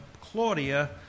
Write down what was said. Claudia